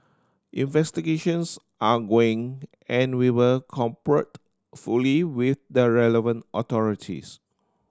investigations are going and we will cooperate fully with the relevant authorities